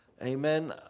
Amen